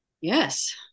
Yes